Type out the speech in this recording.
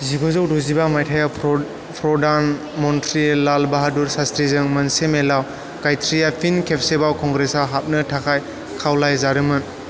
जिगुजौ द'जिबा मायथायाव प्रधान मंत्री लाल बाहादुर शास्त्रीजों मोनसे मेलाव गायत्रीया फिन खेबसेबाव कंग्रेसआव हाबनो थाखाय खावलायजादोंमोन